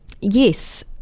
Yes